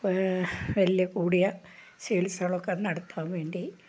വലിയ കൂടിയ ചികിത്സകളൊക്കെ നടത്താൻ വേണ്ടി